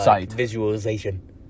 visualization